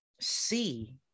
see